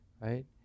right